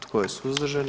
Tko je suzdržan?